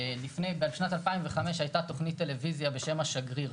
בשנת 2005 הייתה תוכנית טלוויזיה בשם השגריר.